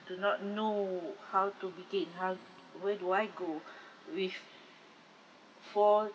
do not know how to begin how where do I go with four